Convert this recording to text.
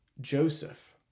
Joseph